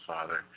Father